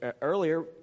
earlier